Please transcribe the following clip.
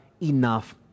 enough